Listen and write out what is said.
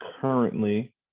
currently